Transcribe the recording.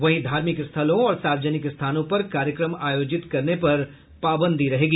वहीं धार्मिक स्थलों और सार्वजनिक स्थानों पर कार्यक्रम आयोजित करने पर रोक जारी रहेगी